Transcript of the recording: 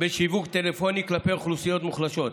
בשיווק טלפוני כלפי אוכלוסיות מוחלשות.